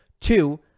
Two